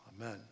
Amen